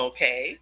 Okay